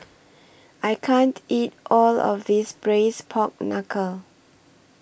I can't eat All of This Braised Pork Knuckle